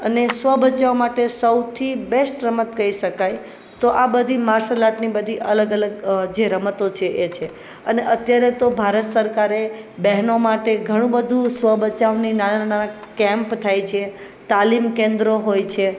અને સ્વ બચાવ માટે સૌથી બેસ્ટ રમત કહી શકાય તો આ બધી માર્સલ આર્ટની બધી અલગ અલગ જે રમતો છે એ છે અને અત્યારે તો ભારત સરકારે બહેનો માટે ઘણું બધું સ્વ બચાવની નાના નાના કેમ્પ થાય છે તાલીમ કેન્દ્રો હોય છે